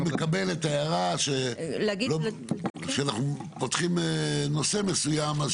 אני מקבל את ההערה שכשאנחנו פותחים נושא מסוים,